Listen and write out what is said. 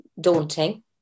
daunting